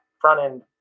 front-end